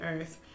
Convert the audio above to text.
earth